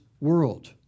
world